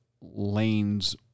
lanes